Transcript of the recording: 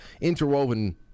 interwoven